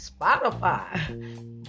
Spotify